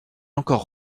encore